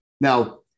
Now